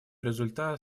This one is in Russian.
результат